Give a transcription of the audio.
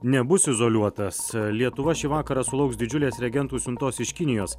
nebus izoliuotas lietuva šį vakarą sulauks didžiulės reagentų siuntos iš kinijos